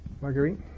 Marguerite